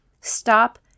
stop